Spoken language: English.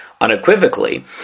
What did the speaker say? unequivocally